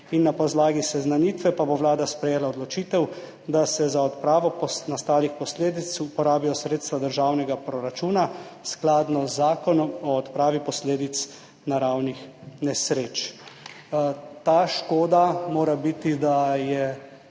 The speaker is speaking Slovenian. in na podlagi seznanitve bo Vlada sprejela odločitev, da se za odpravo nastalih posledic uporabijo sredstva državnega proračuna, skladno z Zakonom o odpravi posledic naravnih nesreč. Da je izpolnjen